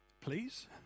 Please